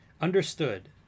Understood